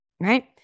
right